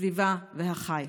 הסביבה והחי.